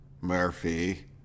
Murphy